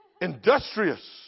industrious